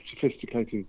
sophisticated